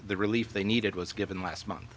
the relief they needed was given last month